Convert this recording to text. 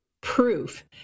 proof